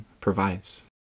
provides